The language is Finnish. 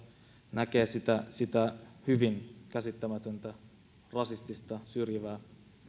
näkee sitä sitä hyvin käsittämätöntä rasistista syrjivää